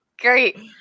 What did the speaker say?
great